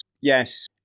yes